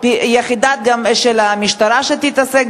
התמודדנו עם זה ובדרך כלל ההצעה החלופית שהמשטרה הציעה,